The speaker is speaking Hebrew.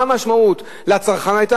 מה היתה המשמעות לצרכן?